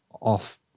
off